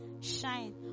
shine